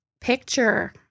picture